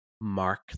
mark